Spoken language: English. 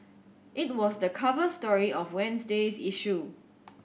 it was the cover story of Wednesday's issue